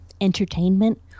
entertainment